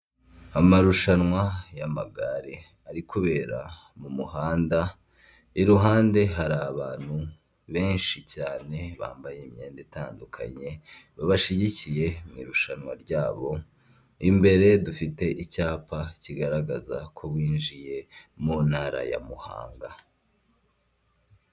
Umugore udafite umusatsi wambaye linete, ikanzu y’iroza ryerurutse, abantu benshi inyuma ye.